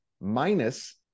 minus